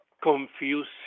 confused